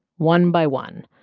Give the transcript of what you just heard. one by one,